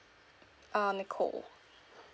uh nicole